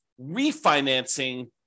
refinancing